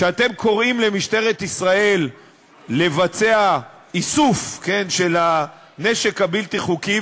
כשאתם קוראים למשטרת ישראל לבצע איסוף של הנשק הבלתי-חוקי,